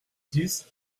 dix